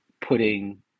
putting